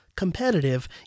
competitive